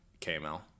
KML